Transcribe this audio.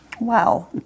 Wow